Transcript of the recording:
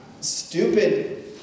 stupid